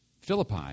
Philippi